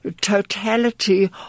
totality